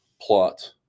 plot